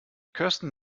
kirsten